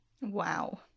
Wow